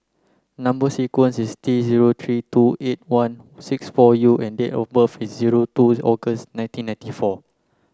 number sequence is T zero three two eight one six four U and date of birth is zero two August nineteen ninety four